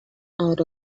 out